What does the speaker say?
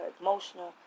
Emotional